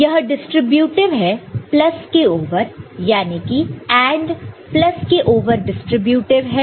यह डिस्ट्रीब्यूटीव है प्लस के ओवर याने की AND प्लस के ओवर डिस्ट्रीब्यूटीव है